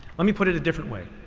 let me put it a different way.